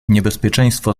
niebezpieczeństwo